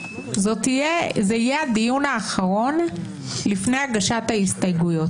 זה יהיה הדיון האחרון לפני הגשת ההסתייגויות.